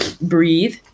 breathe